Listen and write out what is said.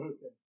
Okay